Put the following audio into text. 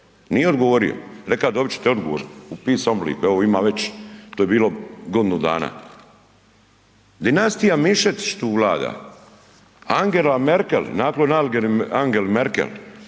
nije odgovorio, reka' dobit ćete odgovor u pisanom obliku, evo ima već, to je bilo godinu dana. Dinastija Mišetić tu vlada Angela Mekel, …/nerazumljivo/… Angela Merker,